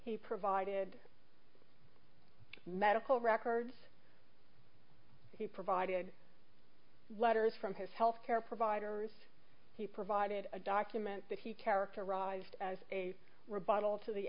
he provided medical records he provided letters from his health care providers he provided a document that he characterized as a rebuttal to the